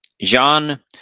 John